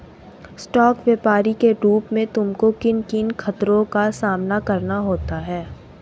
Stock व्यापरी के रूप में तुमको किन किन खतरों का सामना करना होता है?